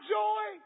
joy